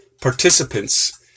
participants